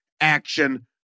action